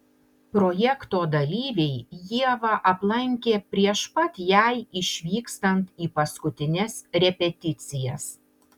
projekto dalyviai ievą aplankė prieš pat jai išvykstant į paskutines repeticijas